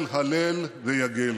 אימם של הלל ויגל.